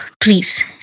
trees